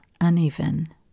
uneven